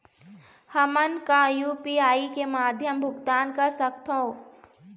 हमन का यू.पी.आई के माध्यम भुगतान कर सकथों?